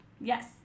Yes